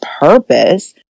purpose